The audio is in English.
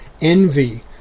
envy